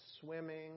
swimming